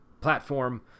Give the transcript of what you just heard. platform